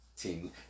team